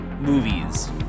movies